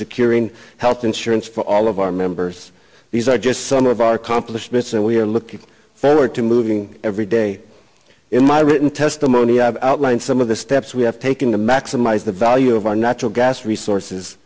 securing health insurance for all of our members these are just some of our competition myths and we are looking forward to moving every day in my written testimony i have outlined some of the steps we have taken to maximize the value of our natural gas resources